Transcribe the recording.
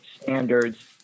standards